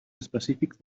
específics